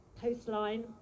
coastline